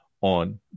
on